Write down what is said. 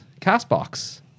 Castbox